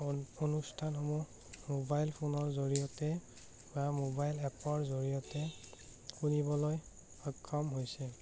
on অনুষ্ঠানসমূহ mobile ফোনৰ জৰিয়তে বা মোবাইল এপৰ জৰিয়তে শুনিবলৈ সক্ষম হৈছে